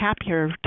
happier